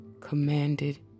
Commanded